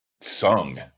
sung